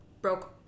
broke